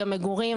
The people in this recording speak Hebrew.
גם מגורים,